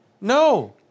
No